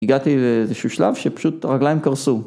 הגעתי לאיזשהו שלב שפשוט הרגליים קרסו.